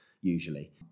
usually